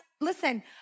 listen